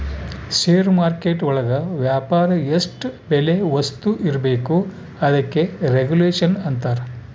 ಷೇರು market ಒಳಗ ವ್ಯಾಪಾರ ಎಷ್ಟ್ ಬೆಲೆ ವಸ್ತು ಇರ್ಬೇಕು ಅದಕ್ಕೆ ರೆಗುಲೇಷನ್ ಅಂತರ